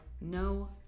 no